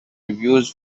reviews